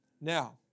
Now